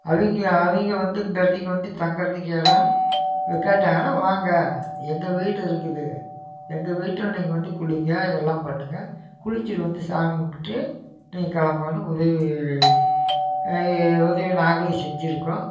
அவங்க அவங்க வந்து இந்த எடத்துக்கு வந்து தங்கிறதுக்கு இடம் கேட்டாங்கன்னா வாங்க எங்கள் வீடு இருக்குது எங்கள் வீட்டில நீங்கள் வந்து குளிங்க அதெல்லாம் பண்ணுங்க குளிச்சிட்டு வந்து சாமி கும்புட்டு நீங்கள் கிளம்புறனா உதவி உதவி நாங்களும் செஞ்சிருக்கோம்